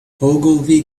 ogilvy